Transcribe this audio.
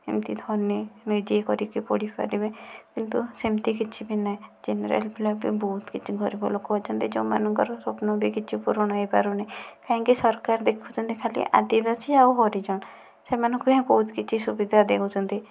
ଏମିତି ଧନୀ ନିଜେ କରିକି ପଢ଼ିପାରିବେ କିନ୍ତୁ ସେମିତି କିଛି ବି ନାହିଁ ଜେନେରାଲ ପିଲା ତ ବହୁତ କିଛି ଗରିବ ଲୋକ ଅଛନ୍ତି ଯେଉଁମାନଙ୍କର ସ୍ବପ୍ନ ବି କିଛି ପୁରଣ ହୋଇପାରୁନି କାଁହିକି ସରକାର ଦେଖୁଛନ୍ତି ଖାଲି ଆଦିବାସୀ ଆଉ ହରିଜନ ସେମାନଙ୍କୁ ହିଁ ବହୁତ କିଛି ସୁବିଧା ଦେଉଛନ୍ତି